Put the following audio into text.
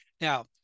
Now